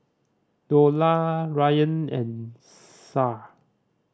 Dollah Ryan and Shah